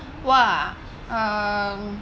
!wah! um